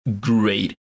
great